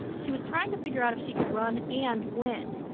she was trying to figure out if she could run and win.